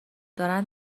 دارن